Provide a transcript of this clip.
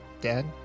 Dad